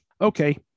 okay